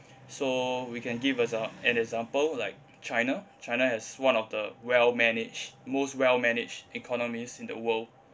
so we can give us uh an example like china china has one of the well managed most well managed economies in the world